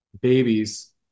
babies